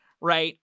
right